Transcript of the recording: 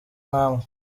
nkamwe